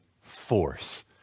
force